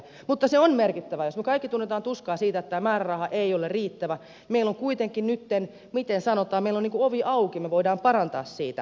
jos me kaikki tunnemme tuskaa siitä että tämä määräraha ei ole riittävä meillä on kuitenkin nytten miten sanotaankaan niin kuin ovi auki me voimme parantaa siitä